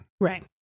Right